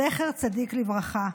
זכר צדיק לברכה,